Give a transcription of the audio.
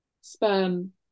sperm